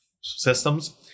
systems